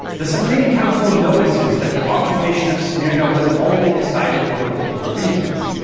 the supreme council notices that the occupation of smyrna was only decided for political reasons,